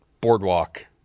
boardwalk